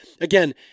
again